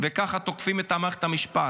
וככה תוקפים את מערכת המשפט.